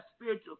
spiritual